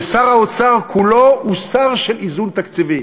ושר האוצר הוא כולו שר של איזון תקציבי.